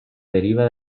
deriva